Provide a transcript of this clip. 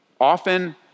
Often